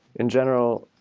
in general,